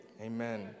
Amen